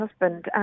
husband